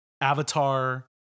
avatar